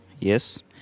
Yes